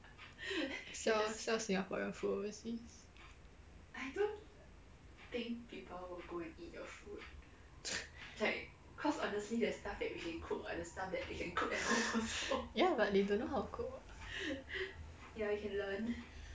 sell sell singaporean food overseas ya but they don't know how to cook [what]